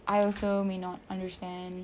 I also may not understand